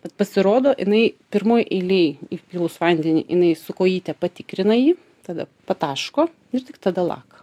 bet pasirodo jinai pirmoj eilėj įpylus vandenį jinai su kojyte patikrina jį tada pataško ir tik tada laka